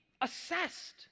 assessed